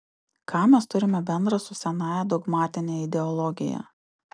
ką mes turime bendra su senąja dogmatine ideologija